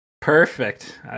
perfect